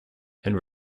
and